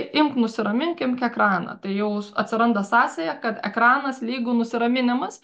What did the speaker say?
imk nusiramink imk ekraną tai jau atsiranda sąsaja kad ekranas lygu nusiraminimas